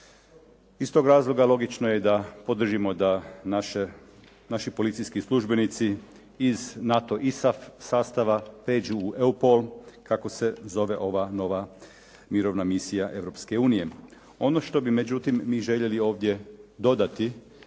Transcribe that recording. Iz tog razloga logično je da podržimo da naši policijski službenici iz NATO ISAF sastava prijeđu u EUPOL kako se zove ova nova Mirovna misija Europske unije. Ono što bi međutim mi željeli ovdje dodati